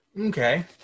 Okay